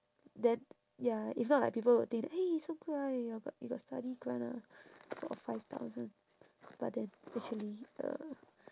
then ya if not like people will think that eh so good ah you got you got study grant ah four or five thousand but then actually uh